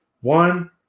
One